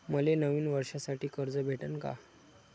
मले नवीन वर्षासाठी कर्ज भेटन का?